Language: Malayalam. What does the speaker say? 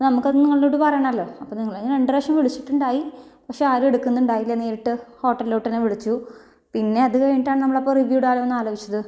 നമുക്കത് നിങ്ങളോട് പറയണമല്ലോ അപ്പം നിങ്ങളെ രണ്ട് പ്രാവശ്യം വിളിച്ചിട്ടുണ്ടായിരുന്നു പക്ഷേ ആരും എടുക്കുന്നുണ്ടായില്ല നേരിട്ട് ഹോട്ടലിലോട്ട് തന്നെ വിളിച്ചു പിന്നെ അതുകഴിഞ്ഞിട്ടാണ് നമ്മളപ്പം റിവ്യൂ ഇടാമെന്ന് ആലോചിച്ചത്